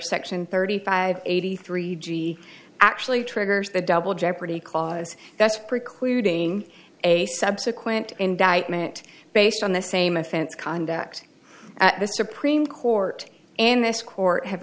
section thirty five eighty three g actually triggers the double jeopardy clause that's precluding a subsequent indictment based on the same offense conduct at the supreme court and this court have